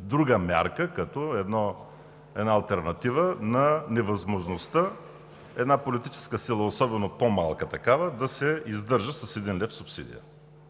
друга мярка, като една алтернатива на невъзможността една политическа сила, особено по-малка такава, да се издържа с един лев субсидия.